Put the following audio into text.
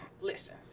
listen